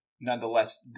nonetheless